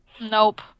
Nope